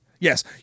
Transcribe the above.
Yes